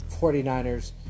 49ers